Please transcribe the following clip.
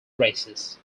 races